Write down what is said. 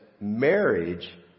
marriage